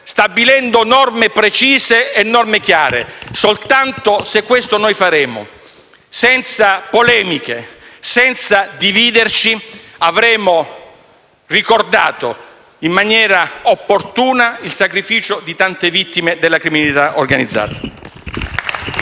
stabilendo norme precise e chiare. Soltanto se questo noi faremo senza polemiche e senza dividerci, avremo ricordato in maniera opportuna il sacrificio di tante vittime della criminalità organizzata.